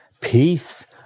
peace